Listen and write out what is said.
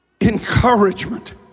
encouragement